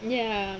ya